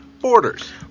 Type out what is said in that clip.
Borders